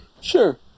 Sure